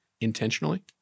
intentionally